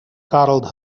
cuddled